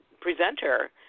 presenter